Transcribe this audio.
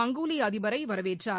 மங்கோலிய அதிபரை வரவேற்றார்